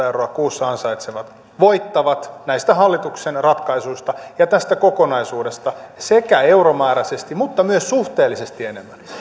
euroa kuussa ansaitsevat voittavat näistä hallituksen ratkaisuista ja tästä kokonaisuudesta sekä euromääräisesti että myös suhteellisesti enemmän